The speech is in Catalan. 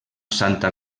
santa